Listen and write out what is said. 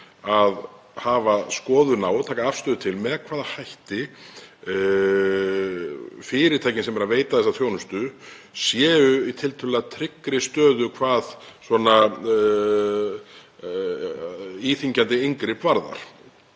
að hafa skoðun á því og taka afstöðu til þess með hvaða hætti fyrirtækin sem veita þessa þjónustu séu í tiltölulega tryggri stöðu hvað íþyngjandi inngrip varðar.